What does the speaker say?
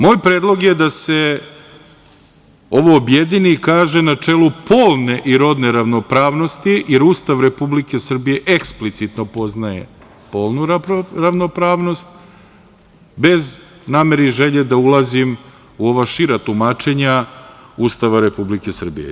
Moj predlog je da se ovo objedini i kaže – načelo polne i rodne ravnopravnosti jer Ustav Republike Srbije eksplicitno poznaje polnu ravnopravnost bez namere i želje da ulazim u ova šira tumačenja Ustava Republike Srbije.